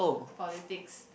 politics